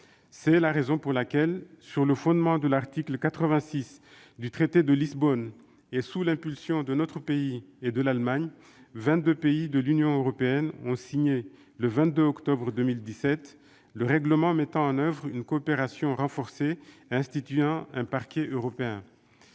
C'est la raison pour laquelle, sur le fondement de l'article 86 du traité de Lisbonne et sous l'impulsion de notre pays et de l'Allemagne, 22 pays de l'Union européenne ont signé, le 12 octobre 2017, le règlement mettant en oeuvre une coopération renforcée et instituant un Parquet européen.